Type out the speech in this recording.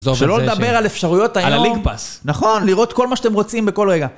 שלא לדבר על אפשרויות היום. על הליג-פאס. נכון, לראות כל מה שאתם רוצים בכל רגע.